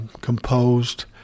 composed